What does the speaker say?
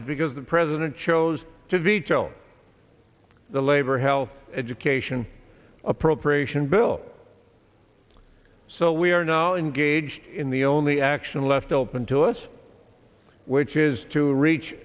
is because the president chose to veto the labor health education appropriation bill so we are now engaged in the only action left open to us which is to reach